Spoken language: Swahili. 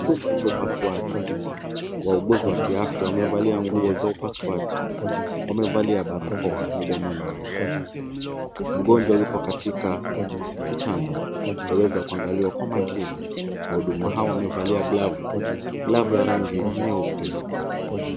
Chumba cha upasuaji. Wauguzi wa kiafya wamevalia nguo za upasuaji, wamevalia barakoa midomoni mwao. Mgonjwa yupo katika kitanda, waweza kuangalia kwa makini. Wahudumu hawa wamevalia glavu, glavu ya rangi nyeupe.